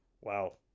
Wow